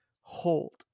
hold